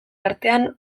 artean